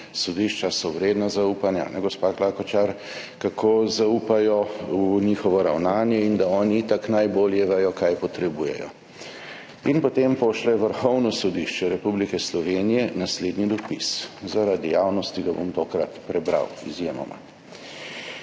so vredna zaupanja – ali ne, gospa Klakočar? – kako zaupajo v njihovo ravnanje in da oni itak najbolje vedo, kaj potrebujejo. In potem pošlje Vrhovno sodišče Republike Slovenije naslednji dopis. Zaradi javnosti ga bom tokrat prebral, izjemoma: